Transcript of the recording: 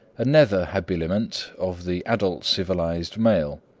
a nether habiliment of the adult civilized male.